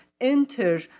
enter